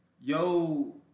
yo